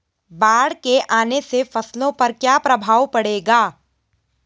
बाढ़ के आने से फसलों पर क्या प्रभाव पड़ेगा?